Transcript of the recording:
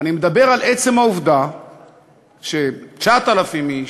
אני מדבר על עצם העובדה ש-9,000 איש,